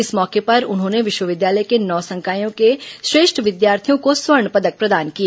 इस मौके पर उन्होंने विश्वविद्यालय के नौ संकायों के श्रेष्ठ विद्यार्थियों को स्वर्ण पदक प्रदान किए